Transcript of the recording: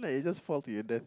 like you just fall to the death